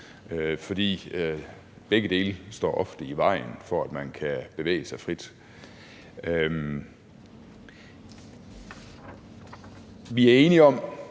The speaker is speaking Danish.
For begge ting står ofte i vejen for, at man kan bevæge sig frit. Vi er enige om,